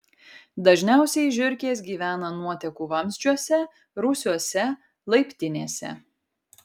dažniausiai žiurkės gyvena nuotekų vamzdžiuose rūsiuose laiptinėse